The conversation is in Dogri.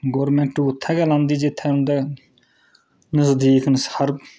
गोरमैंट उत्थैं गै लांदी जित्थैं नज़दीक न